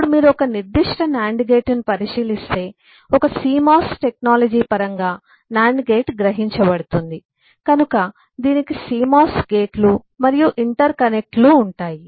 ఇప్పుడు మీరు ఒక నిర్దిష్ట NAND గేటును పరిశీలిస్తే ఒక Cmos టెక్నాలజీ పరంగా NAND గేట్ గ్రహించబడుతుంది కనుక దీనికి cmos గేట్లు మరియు ఇంటర్కనెక్ట్లు ఉంటాయి